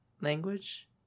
language